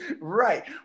Right